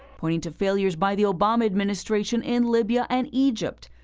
calling to failures by the obama administration in libya and egypt.